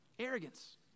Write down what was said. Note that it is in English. Arrogance